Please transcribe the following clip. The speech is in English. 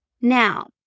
Now